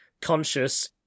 conscious